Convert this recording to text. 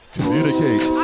Communicate